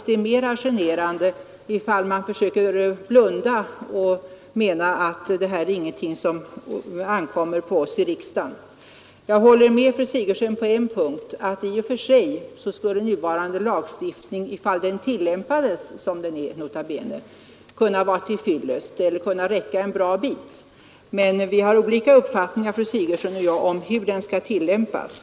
Det är mer generande att blunda och säga att det här inte ankommer på oss här i riksdagen att försöka råda bot på. 97 Jag håller med fru Sigurdsen på en punkt. I och för sig skulle nuvarande lagstiftning, om den tillämpades nota bene, vara till fyllest Fredagen den : I juni 1973 eller räcka en bra bit. Men fru Sigurdsen och jag har olika uppfattningar om hur lagen skall tillämpas.